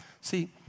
See